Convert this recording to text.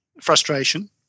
frustration